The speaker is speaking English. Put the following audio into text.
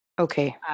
Okay